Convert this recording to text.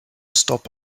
stop